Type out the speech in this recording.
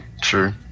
True